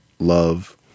love